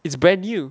it's brand new